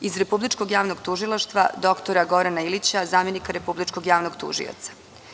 Iz Republičkog javnog tužilaštva dr Gorana Ilića, zamenika republičkog javnog tužioca.